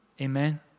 Amen